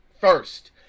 first